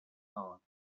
all